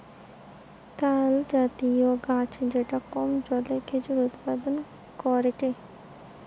তালজাতীয় গাছ যেটা কম জলে খেজুর উৎপাদন করেটে